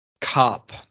cop